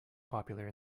popular